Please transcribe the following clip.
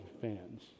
fans